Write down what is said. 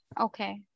Okay